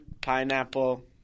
pineapple